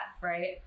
right